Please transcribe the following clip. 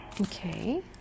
Okay